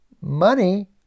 Money